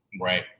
right